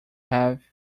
have